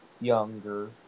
younger